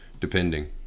depending